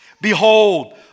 Behold